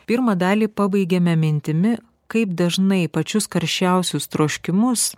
pirmą dalį pabaigėme mintimi kaip dažnai pačius karščiausius troškimus